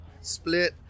split